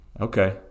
Okay